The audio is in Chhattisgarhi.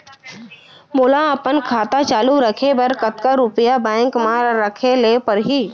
मोला अपन खाता चालू रखे बर कतका रुपिया बैंक म रखे ला परही?